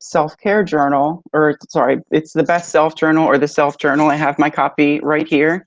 self-care journal or sorry, it's the best self journal or the self journal. i have my copy right here.